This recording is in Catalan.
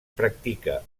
practica